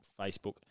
Facebook